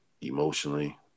emotionally